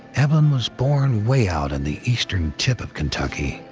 evelyn was born way out in the eastern tip of kentucky.